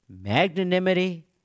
magnanimity